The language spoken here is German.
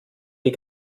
die